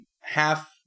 half